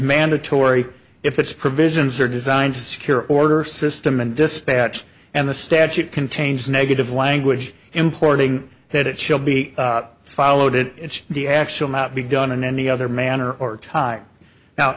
mandatory if its provisions are designed to secure order system and dispatch and the statute contains negative language importing that it shall be followed it the actual not be done in any other manner or time